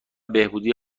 بهبودی